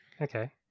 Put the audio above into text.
Okay